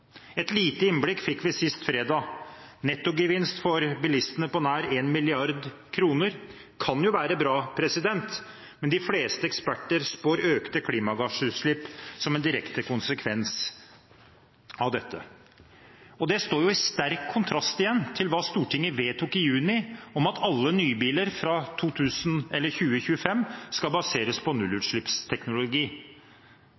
Et lite innblikk fikk vi sist fredag. En nettogevinst for bilistene på nær 1 mrd. kr kan jo være bra, men de fleste eksperter spår økte klimagassutslipp som en direkte konsekvens av dette. Det står i sterk kontrast til det Stortinget vedtok i juni, om at alle nybiler fra 2025 skal baseres på